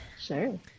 Sure